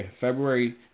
February